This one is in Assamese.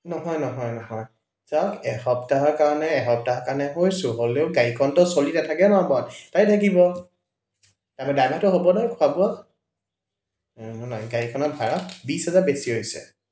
নহয় নহয় নহয় চাওক এসপ্তাহৰ কাৰণে এসপ্তাহ কাৰণে কৈছো হ'লেও গাড়ীখনটো চলি নাথাকে অনবৰত তাতে থাকিব তাতে ড্ৰাইভাৰটো হ'ব নহয় খোৱা বোৱা নাই গাড়ীখনৰ ভাড়া বিশ হেজাৰ বেছি হৈছে